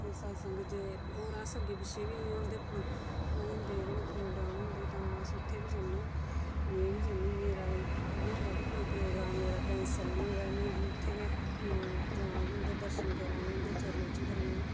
होर सत्संग च होर अस अग्गें पिच्छें बी उं'दे होंदे गै प्रोग्राम होंदे तां अस उत्थें बी जन्ने में बी जन्नी मेरा इ'यै होंदा कि कोई प्रोग्राम मेरा कैंसल नी होऐ मिगी उत्थें गै जां कि उं'दे दर्शन करां जां उं'दे चरणें च गै रोआं